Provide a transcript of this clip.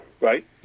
right